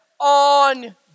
on